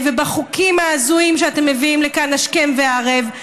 ובחוקים ההזויים שאתם מביאים לכאן השכם והערב.